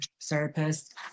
therapist